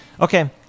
Okay